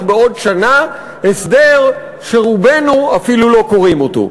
בעוד שנה הסדר שרובנו אפילו לא קוראים אותו.